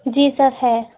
जी sir है